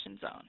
zone